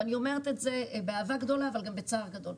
ואני אומרת את זה באהבה גדולה, אבל גם בצער גדול.